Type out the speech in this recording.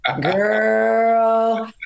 girl